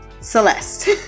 celeste